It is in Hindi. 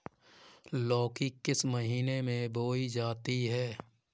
लौकी किस महीने में बोई जाती है?